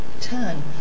turn